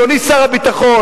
אדוני שר הביטחון,